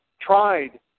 tried